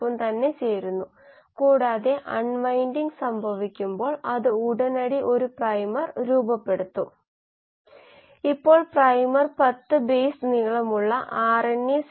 അതിനാൽ എല്ലാം ചെയ്യാൻ കഴിയുന്നത് എന്താണെന്ന് നമുക്ക് നോക്കാം അല്ലെങ്കിൽ അത്തരമൊരു പ്രാതിനിധ്യം ഉപയോഗിച്ച് ചെയ്യുന്ന പൊതുവായ കാര്യങ്ങൾ എന്തൊക്കെയാണ് ഇത് ഒരു ബയോറിയാക്ടർ വീക്ഷണകോണിൽ നിന്ന് നമ്മൾക്ക് മനസ്സിലാകും